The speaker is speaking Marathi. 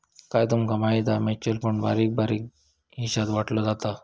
काय तूमका माहिती हा? म्युचल फंड बारीक बारीक हिशात वाटलो जाता